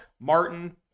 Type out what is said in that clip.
Martin